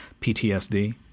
PTSD